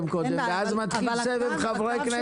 תנו לו לסיים קודם, ואז נתחיל סבב חברי כנסת.